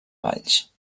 valls